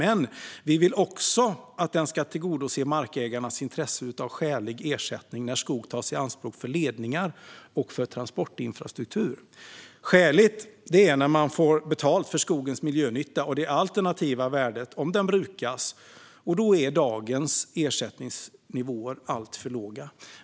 Men vi vill också tillgodose markägarnas intressen av skälig ersättning när skog tas i anspråk för ledningar och transportinfrastruktur. Skäligt är när man får betalt för skogens miljönytta och det alternativa värdet om den brukas, och då är dagens ersättningsnivåer alltför låga.